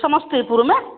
समस्तीपुर में